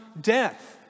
death